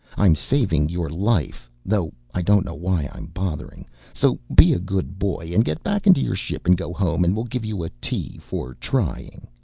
i'm saving your life though i don't know why i'm bothering so be a good boy and get back into your ship and go home and we'll give you a t for trying.